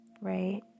right